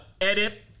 edit